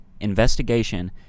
investigation